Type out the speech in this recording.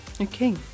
Okay